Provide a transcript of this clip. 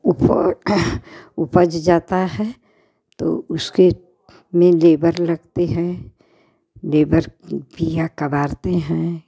उफड़ उपज जाता है तो उसके में लेबर लगते हैं लेबर बीया कबारते हैं